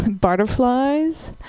butterflies